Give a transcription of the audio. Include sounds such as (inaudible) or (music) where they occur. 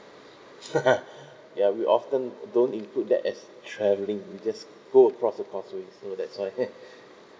(laughs) ya we often don't include that as travelling we just go across the crossway so that's why (laughs)